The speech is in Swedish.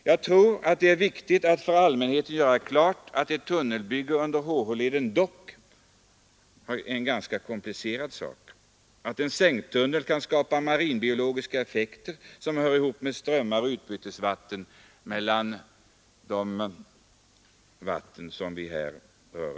Jag tror att det är viktigt att för allmänheten göra klart att ett tunnelbygge under HH-leden dock är en ganska komplicerad sak, att en sänktunnel kan skapa marinbiologiska effekter som hör ihop med strömmar och utbytesvatten mellan Östersjön och Kattegatt.